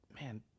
man